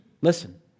listen